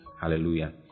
Hallelujah